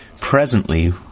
Presently